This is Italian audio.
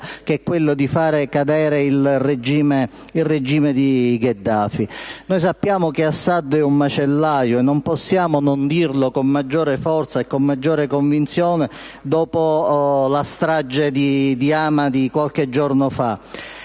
l'obiettivo di far cadere il regime di Gheddafi. Noi sappiamo che Assad è un macellaio, e non possiamo non dirlo con maggiore forza e maggiore convinzione dopo la strage di Hama di qualche giorno fa.